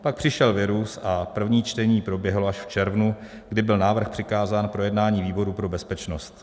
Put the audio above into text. Pak přišel virus a první čtení proběhlo až v červnu, kdy byl návrh přikázán k projednání výboru pro bezpečnost.